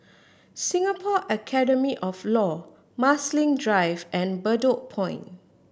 Singapore Academy of Law Marsiling Drive and Bedok Point